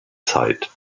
zeit